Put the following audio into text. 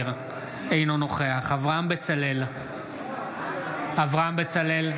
אינו נוכח איתמר בן גביר, אינו נוכח אברהם בצלאל,